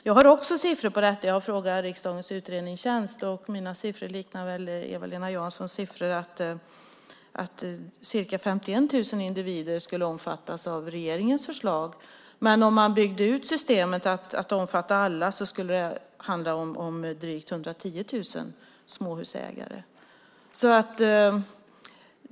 Jag har också siffror på detta. Jag har frågat riksdagens utredningstjänst. Mina siffror liknar Eva-Lena Janssons siffror. Ca 51 000 individer skulle omfattas av regeringens förslag, men om man byggde ut systemet att omfatta alla skulle det handla om drygt 110 000 småhusägare.